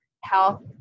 health